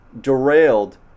derailed